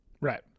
Right